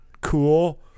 cool